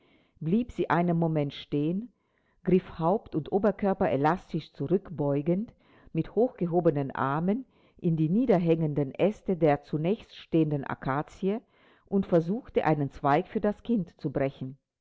blieb sie einen moment stehen griff haupt und oberkörper elastisch zurückbeugend mit hochgehobenen armen in die niederhängenden aeste der zunächststehenden akazie und versuchte einen zweig für das kind zu brechen